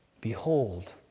Behold